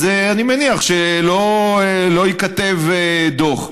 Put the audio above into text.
אז אני מניח שלא ייכתב דוח.